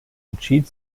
entschied